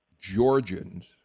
Georgians